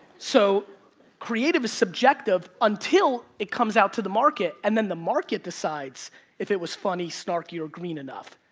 so creative is subjective until it comes out to the market and then the market decides if it was funny, snarky or green enough.